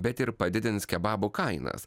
bet ir padidins kebabų kainas